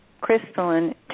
crystalline